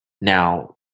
now